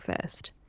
first